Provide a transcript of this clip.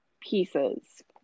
pieces